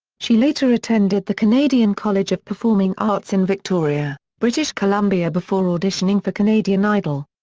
she later attended the canadian college of performing arts in victoria, british columbia before auditioning for canadian idol.